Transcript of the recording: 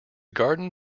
garden